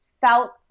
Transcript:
felt